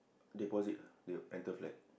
deposit ah the uh rental flat